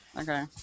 Okay